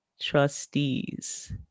trustees